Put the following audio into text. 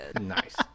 Nice